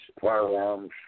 firearms